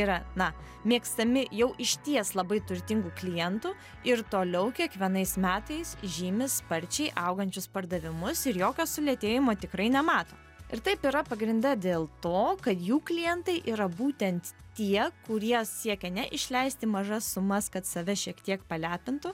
yra na mėgstami jau išties labai turtingų klientų ir toliau kiekvienais metais žymi sparčiai augančius pardavimus ir jokio sulėtėjimo tikrai nemato ir taip yra pagrinde dėl to kad jų klientai yra būtent tie kurie siekia ne išleisti mažas sumas kad save šiek tiek palepintų